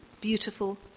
beautiful